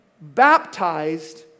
baptized